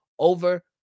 Over